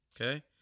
Okay